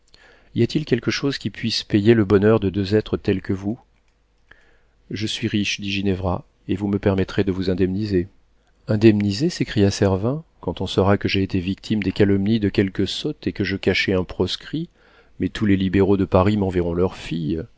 y a-t-il quelque chose qui puisse payer le bonheur de deux êtres tels que vous je suis riche dit ginevra et vous me permettrez de vous indemniser indemniser s'écria servin quand on saura que j'ai été victime des calomnies de quelques sottes et que je cachais un proscrit mais tous les libéraux de paris m'enverront leurs filles